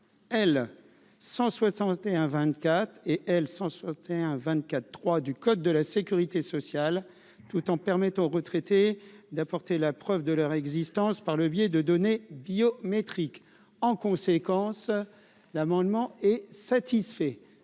sortait un 24 3 du code de la sécurité sociale, tout en permettant aux retraités d'apporter la preuve de leur existence, par le biais de données biométriques en conséquence, l'amendement est satisfait